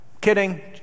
kidding